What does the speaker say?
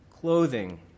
clothing